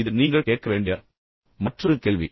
இது நீங்கள் கேட்க வேண்டிய மற்றொரு கேள்வி